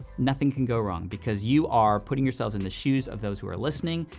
nothing can go wrong, because you are putting yourselves in the shoes of those who are listening.